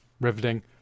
riveting